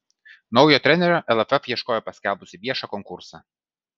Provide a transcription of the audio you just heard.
naujo trenerio lff ieškojo paskelbusi viešą konkursą